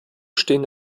stehen